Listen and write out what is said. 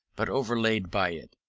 but overlaid by it.